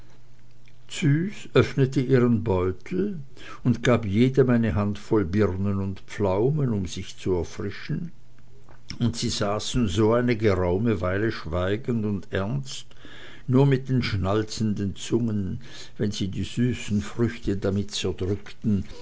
züs öffnete ihren beutel und gab jedem eine handvoll birnen und pflaumen um sich zu erfrischen und sie saßen so eine geraume weile schweigend und ernst nur mit den schnalzenden zungen wenn sie die süßen früchte damit zerdrückten